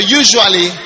usually